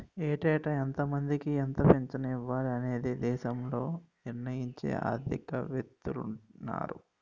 ఏటేటా ఎంతమందికి ఎంత పింఛను ఇవ్వాలి అనేది దేశంలో నిర్ణయించే ఆర్థిక వేత్తలున్నారు